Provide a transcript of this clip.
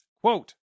Quote